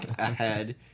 ahead